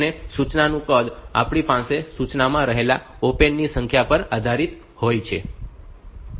અને સૂચનાનું કદ આપણી પાસે સૂચનામાં રહેલા ઓપરેન્ડ ની સંખ્યા પર આધારિત હોય છે